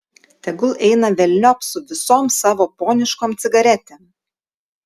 tegul eina velniop su visom savo poniškom cigaretėm